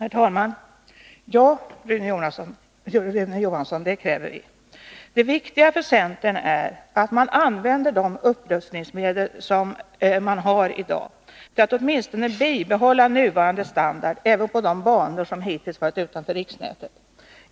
Herr talman! Ja, Rune Johansson, det kräver vi. Det viktiga för centern är att man använder de upprustningsmedel som man har i dag till att åtminstone bibehålla nuvarande standard även på de banor som hittills varit utanför riksnätet.